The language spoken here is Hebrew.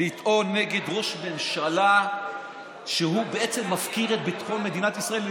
לטעון נגד ראש ממשלה שהוא מפקיר את ביטחון מדינת ישראל.